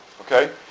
Okay